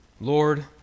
Lord